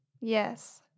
Yes